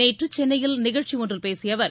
நேற்று சென்னையில் நிகழ்ச்சியொன்றில் பேசிய அவர்